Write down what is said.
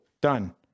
Done